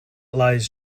lies